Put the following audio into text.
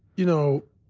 you know,